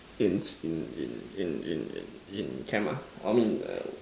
instinct in in in in camp ah I mean err